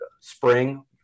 spring